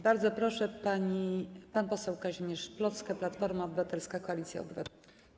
Bardzo proszę, pan poseł Kazimierz Plocke, Platforma Obywatelska - Koalicja Obywatelska.